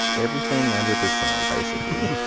everything under the sun, and basically.